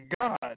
God